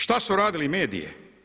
Šta su radili mediji?